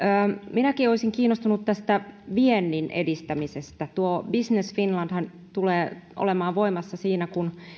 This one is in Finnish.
minäkin olisin kiinnostunut tästä viennin edistämisestä tuo business finlandhan tulee olemaan voimassa siinä kun